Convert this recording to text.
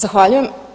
Zahvaljujem.